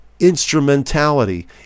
instrumentality